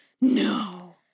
No